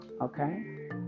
Okay